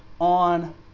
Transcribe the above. on